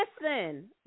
listen